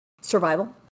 Survival